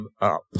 up